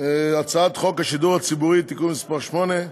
הצעת חוק השידור הציבורי (תיקון מס' 8),